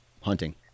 hunting